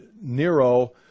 Nero